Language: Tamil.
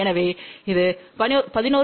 எனவே இது 11